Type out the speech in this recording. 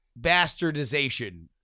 bastardization